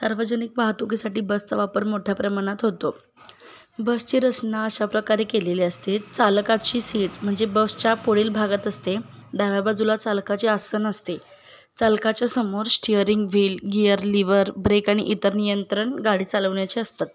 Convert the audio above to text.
सार्वजनिक वाहतुकीसाठी बसचा वापर मोठ्या प्रमाणात होतो बसची रचना अशा प्रकारे केलेली असते चालकाची सीट म्हणजे बसच्या पुढील भागात असते डाव्या बाजूला चालकाचे आसन असते चालकाच्या समोर steering wheel gear lever brake आणि इतर नियंत्रण गाडी चालवण्याचे असतात